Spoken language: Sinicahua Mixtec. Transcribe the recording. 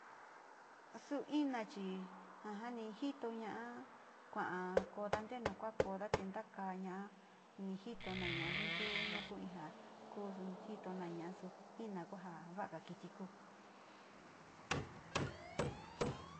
Su ina chi, ni jito ña´a kua’a kooda, ntenu kuakooda te ntakaaña, ni jito naña nu tu nukuvi ja kusu jito naña su ina kuu ja ya´a ja kiti kuu.